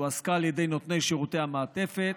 שהועסקה על ידי נותני שירותי המעטפת,